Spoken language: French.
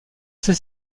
ses